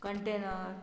container